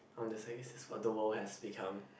um that's i guess this is what the world has become